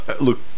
Look